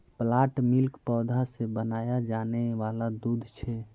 plant milk पौधा से बनाया जाने वाला दूध छे